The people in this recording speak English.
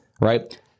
Right